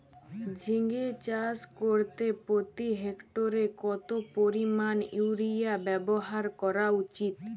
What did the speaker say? ঝিঙে চাষ করতে প্রতি হেক্টরে কত পরিমান ইউরিয়া ব্যবহার করা উচিৎ?